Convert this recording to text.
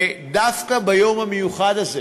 ודווקא ביום המיוחד הזה